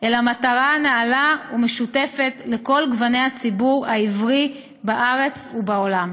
אלא מטרה נעלה ומשותפת לכל גוני הציבור העברי בארץ ובעולם.